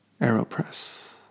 Aeropress